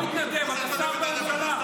אתה לא מתנדב, אתה שר בממשלה.